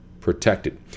protected